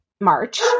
March